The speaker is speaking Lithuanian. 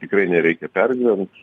tikrai nereikia pergyvent